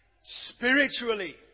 Spiritually